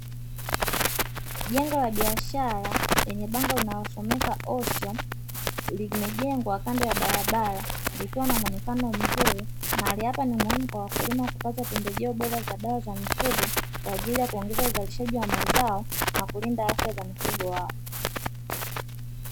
Jengo la biashara lenye bango linalosomeka "Osho" limejengwa kando ya barabara likiwa na mwonekano mzuri; mahali hapa ni muhimu kwa wakulima wa kupata pembejeo bora za dawa za mifugo kwa ajili ya kuongeza uzalishaji wa mazao na kulinda afya za mifugo yao.